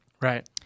Right